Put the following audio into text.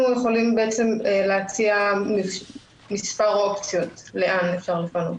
כלומר אנחנו יכולים להציע מספר אופציות לאן אפשר לפנות.